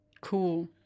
cool